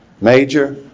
Major